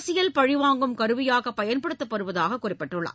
அரசியல் பழிவாங்கும் கருவியாக பயன்படுத்தப்படுவதாகக் குறிப்பிட்டுள்ளார்